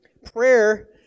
Prayer